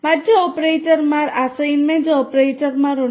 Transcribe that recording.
മറ്റ് ഓപ്പറേറ്റർമാർ അസൈൻമെന്റ് ഓപ്പറേറ്റർമാർ ഉണ്ട്